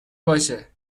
باشه